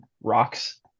Rocks